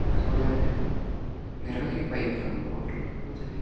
അതുപോലെ തന്നെ നിരവധി ബൈക്കുകൾ ഉള്ളപ്പോൾ തന്നെ